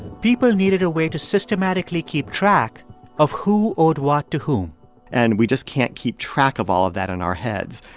people needed a way to systematically keep track of who owed what to whom and we just can't keep track of all of that on our heads.